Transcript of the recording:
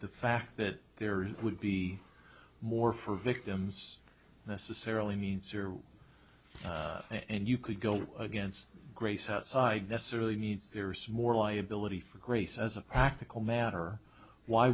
the fact that there would be more for victims necessarily means zero and you could go against grace outside necessarily needs there's more liability for grace as a practical matter why